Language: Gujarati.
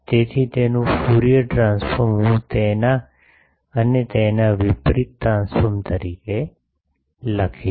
તેથી તેનું ફ્યુરિયર ટ્રાન્સફોર્મ હું તેના અને તેના વિપરિત ટ્રાન્સફોર્મ તરીકે લખીશ